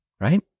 right